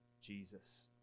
Jesus